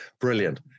Brilliant